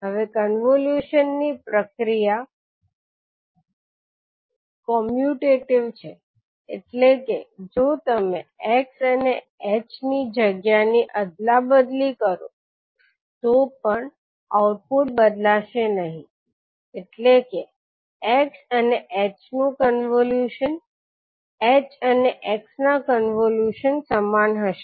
હવે કોન્વોલ્યુશન ની પ્રક્રિયા કોમ્યુટેટિવ છે એટલે કે જો તમે x અને h ની જગ્યા ની અદલાબદલી કરો તો પણ આઉટપુટ બદલાશે નહીં એટલે કે x અને h નું કન્વોલ્યુશન h અને x ના કન્વોલ્યુશન સમાન હશે